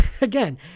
again